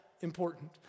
important